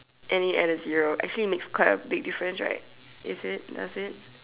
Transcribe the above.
and you add a zero actually it makes quite a big difference right is it does it